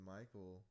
Michael